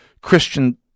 Christian